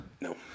No